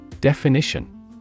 Definition